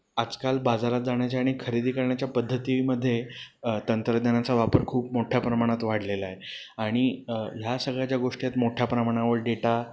आजकाल बाजारात जाण्याच्या आणि खरेदी करण्याच्या पद्धतीमध्ये तंत्रज्ञानाचा वापर खूप मोठ्या प्रमाणात वाढलेला आहे आणि ह्या सगळ्या ज्या गोष्टी आहेत मोठ्या प्रमाणावर डेटा